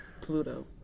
Pluto